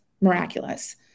miraculous